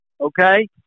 Okay